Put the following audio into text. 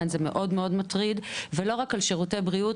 זה מאוד מאוד מטריד ולא רק על שירותי בריאות,